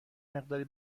مقداری